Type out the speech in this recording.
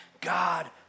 God